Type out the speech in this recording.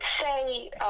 say